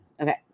Okay